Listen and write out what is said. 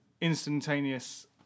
instantaneous